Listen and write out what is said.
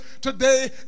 today